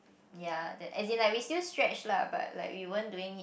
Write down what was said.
ya the as in like we still stretch lah but like we weren't doing it